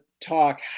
talk